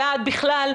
ועד בכלל,